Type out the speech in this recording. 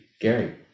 Gary